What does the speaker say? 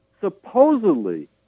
supposedly